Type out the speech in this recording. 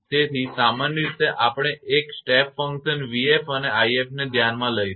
તેથી સામાન્ય રીતે આપણે એક સ્ટેપ ફંકશન 𝑣𝑓 અને 𝑖𝑓 ને ધ્યાનમાં લઇશું